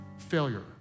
Failure